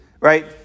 Right